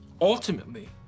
ultimately